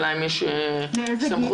לאיזה גיל?